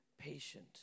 patient